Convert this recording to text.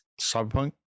Cyberpunk